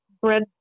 bread